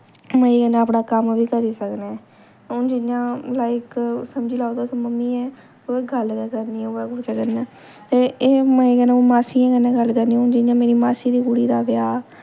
मज़े कन्नै अपनी कम्म बी करी सकने हून जियां लाइक समझी लैओ तुस मम्मियै कोई गल्ल गै करनी होऐ कुसै कन्नै ते एह् मज़े कन्नै ओह् मासियें कन्नै गल्ल करनी हून जियां मेरी मासी दी कुड़ी दा ब्याह्